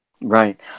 Right